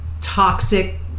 toxic